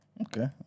Okay